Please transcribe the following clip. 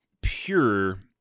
pure